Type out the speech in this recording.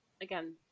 again